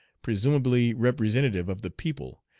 presumably representative of the people,